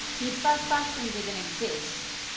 if fast fashion didn't exist,